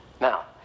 Now